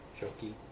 Jokey